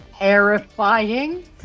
Terrifying